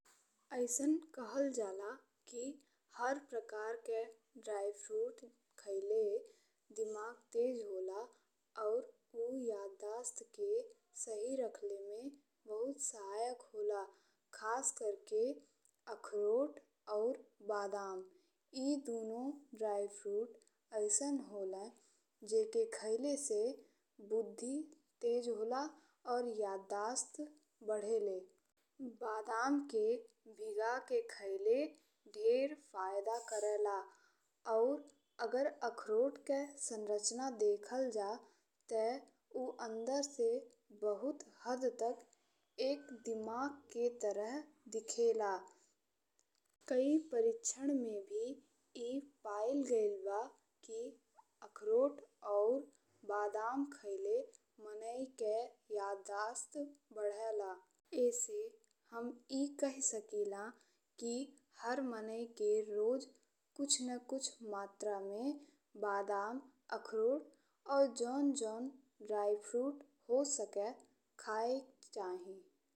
अइसन कहल जाला कि हर प्रकार के ड्राई फ्रूट खइले दिमाग तेज होला और ऊ यादस रखते में बहुत सहायक होला। खासकरके अखरोट और बादाम ए दुनों ड्राई फ्रूट अइसन होले जेकें खइले से बुद्धि तेज होला और यादस बढ़ेले। बादाम के भीगा के खइले ढेर फायदा करेला और अगर अखरोट के संरचना देखल जाव त ऊ अंदर से बहुत हद तक एक दिमाग के तरह दिखेला। कई परीक्षण में भी ए पाइल गइल बा कि अखरोट और बादाम खइले मनेयकरे यादस बढ़ेले। एसे हम ए कही सकिला कि हर मनेय के रोज कुछ ना कुछ मात्रा में बादाम, अखरोट और जउन जउन ड्राईफ्रूट हो सके खाइक चाहि।